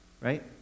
Right